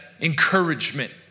encouragement